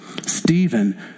Stephen